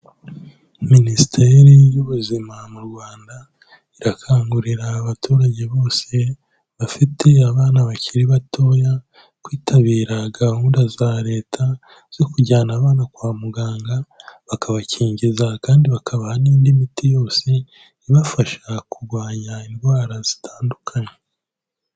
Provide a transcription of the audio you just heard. Minisiteri y'Ubuzima mu Rwanda, irakangurira abaturage bose bafite abana bakiri batoya, kwitabira gahunda za leta zo kujyana abana kwa muganga, bakabakingiza kandi bakaba n'indi miti yose ibafasha kurwanya indwara zitandukanye.